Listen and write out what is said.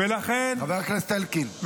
חבר הכנסת אלקין.